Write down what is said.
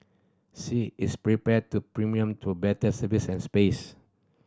she is prepared to premium to better service and space